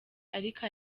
ariko